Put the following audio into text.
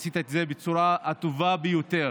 עשית את זה בצורה הטובה ביותר,